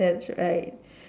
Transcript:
that's right